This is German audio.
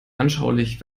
anschaulich